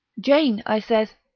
jane, i says,